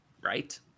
Right